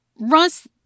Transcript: Russ